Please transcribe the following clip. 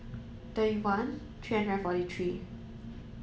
thirty one three hundred and forty three